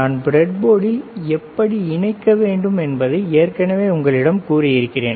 நான் பிரட் போர்டில் எப்படி இணைக்க வேண்டும் என்பதை ஏற்கனவே உங்களிடம் கூறியிருக்கிறேன்